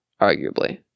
arguably